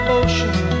ocean